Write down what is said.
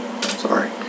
sorry